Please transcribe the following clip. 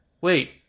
Wait